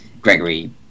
Gregory